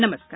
नमस्कार